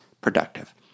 productive